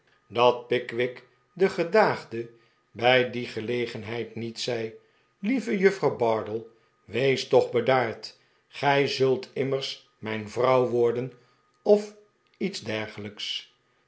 dat pickwick de gedaagde bij die gelegenheid met zei lieve juffrouw bardell wees toch bedaard gij zult immers mijn vrouw worden of iets dergelijks